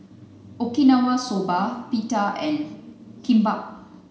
Okinawa Soba Pita and Kimbap